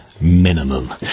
minimum